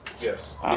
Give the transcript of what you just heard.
Yes